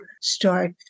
start